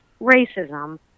racism